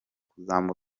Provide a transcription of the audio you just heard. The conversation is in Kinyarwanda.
kuzamura